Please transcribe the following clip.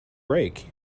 break